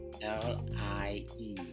L-I-E